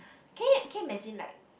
can you can you imagine like